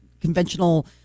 conventional